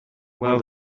well